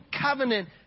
covenant